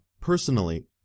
Personally